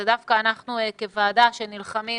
וזה דווקא אנחנו כוועדה שנלחמים